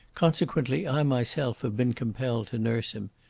consequently i myself have been compelled to nurse him.